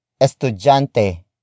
estudiante